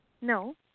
No